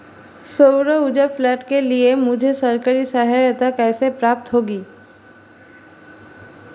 सौर ऊर्जा प्लांट के लिए मुझे सरकारी सहायता कैसे प्राप्त होगी?